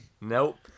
nope